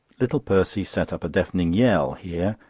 little percy set up a deafening yell here,